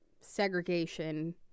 segregation